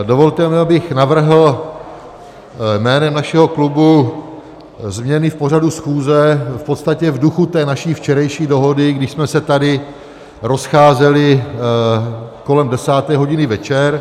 Dovolte mi, abych navrhl jménem našeho klubu změny v pořadu schůze, v podstatě v duchu té naší včerejší dohody, když jsme se tady rozcházeli kolem desáté hodiny večer.